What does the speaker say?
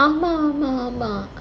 ah ஆமாஆமாஆமா:aamaa aamaa aamaa